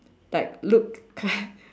like look